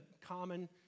common